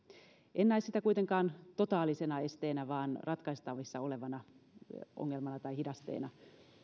en näe sitä kuitenkaan totaalisena esteenä tälle etäpäätöksenteolle vaan ratkaistavissa olevana ongelmana tai hidasteena